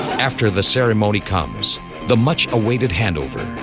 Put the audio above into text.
after the ceremony comes the much awaited handover